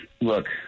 look